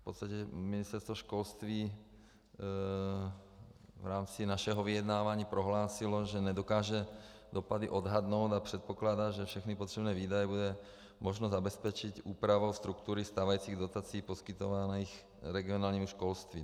v podstatě Ministerstvo školství v rámci našeho vyjednávání prohlásilo, že nedokáže dopady odhadnout a předpokládá, že všechny potřebné výdaje bude možno zabezpečit úpravou struktury stávajících dotací, poskytovaných regionálnímu školství.